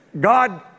God